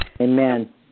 Amen